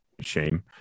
shame